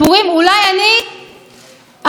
אולי בעצם אתן צודקות.